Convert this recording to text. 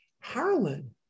Harlan